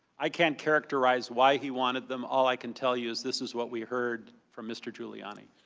i can't characterize why he wanted them all i can tell you is this is what we heard from mr. giuliani.